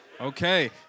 Okay